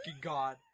god